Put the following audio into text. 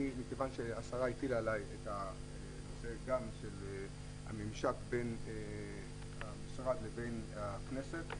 מכיוון שהשרה הטילה עלי את הנושא של הממשק בין המשרד לבין הכנסת,